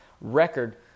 record